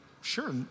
sure